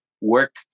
work